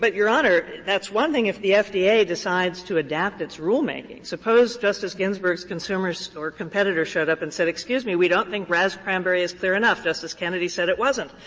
but your honor, that's one thing if the fda decides to adapt its rulemaking. suppose justice ginsberg's consumers or competitors showed up and said, excuse me, we don't think ras-cranberry is clear enough. justice kennedy said it wasn't.